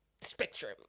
spectrum